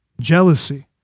Jealousy